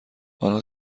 آنها